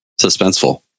suspenseful